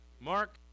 mark